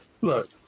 look